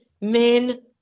men